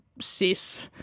cis